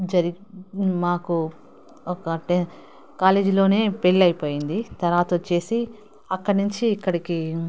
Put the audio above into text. జరిగి మాకు ఒకటే కాలేజీలోనే పెళ్ళి అయిపోయింది తర్వాత వచ్చేసి అక్కడి నుంచి ఇక్కడికి